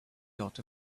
dot